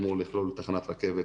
אמור לכלול תחנת רכבת